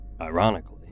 Ironically